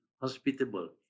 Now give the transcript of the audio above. hospitable